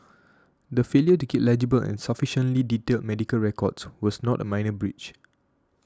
the failure to keep legible and sufficiently detailed medical records was not a minor breach